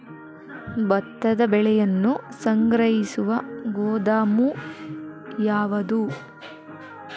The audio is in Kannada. ಭತ್ತದ ಬೆಳೆಯನ್ನು ಸಂಗ್ರಹಿಸುವ ಗೋದಾಮು ಯಾವದು?